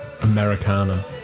Americana